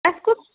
اَسہِ کُس